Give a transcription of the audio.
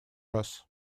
раз